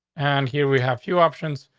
and here we have few options.